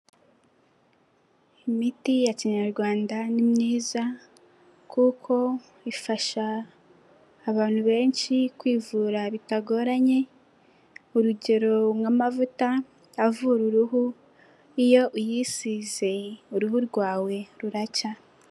Imiti ya kinyarwanda ni myiza kuko ifasha abantu benshi kwivura bitagoranye, urugero nk'amavuta avura uruhu iyo uyisize uruhu rwawe ruracya.